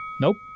Nope